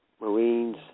Marines